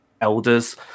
elders